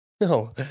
no